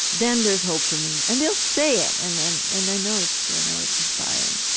then there's hope for me. and they'll say it. and and and i know it's true. i know it's inspiring.